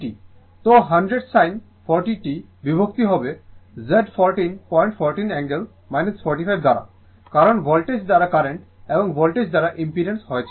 তো 100 sin 40 t বিভক্ত হবে Z1414 অ্যাঙ্গেল 45 দ্বারা কারণ ভোল্টেজ দ্বারা কারেন্ট এবং ভোল্টেজ দ্বারা ইম্পিডেন্স রয়েছে